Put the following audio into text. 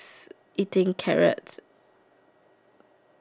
then one of them have peas on it